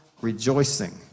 rejoicing